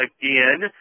again